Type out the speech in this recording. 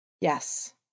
Yes